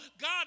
God